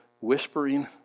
whispering